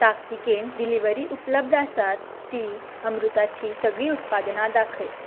ताकतिकेन डिलिव्हरी उपलब्ध आसात ती अमृताची सगळीं उत्पादनां दाखय